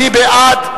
מי בעד,